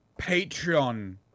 patreon